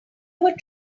ever